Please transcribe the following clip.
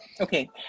Okay